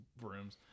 brooms